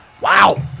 Wow